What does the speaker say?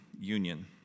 union